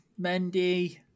Mendy